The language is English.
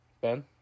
Ben